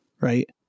right